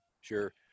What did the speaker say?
sure